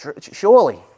Surely